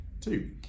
Two